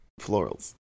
florals